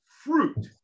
fruit